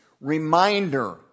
reminder